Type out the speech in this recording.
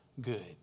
good